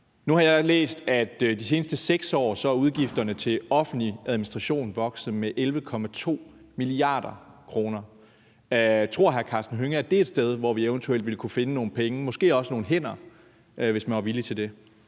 Nu har jeg læst, at de seneste 6 år er udgifterne til offentlig administration vokset med 11,2 mia. kr. Tror hr. Karsten Hønge, at det er et sted, hvor vi eventuelt ville kunne finde nogle penge, måske også nogle hænder, hvis man var villig til det?